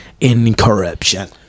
incorruption